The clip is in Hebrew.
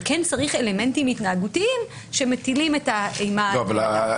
אבל כן צריך אלמנטים התנהגותיים שמטילים אימה על אדם.